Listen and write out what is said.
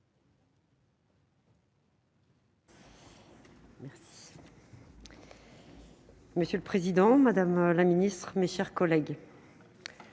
Monsieur le président, madame la ministre, mes chers collègues,